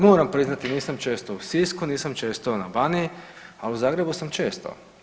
Moram priznati nisam često u Sisku, nisam često na Baniji, ali u Zagrebu sam često.